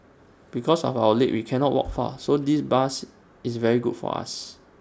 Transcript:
because of our leg we cannot walk far so this bus is very good for us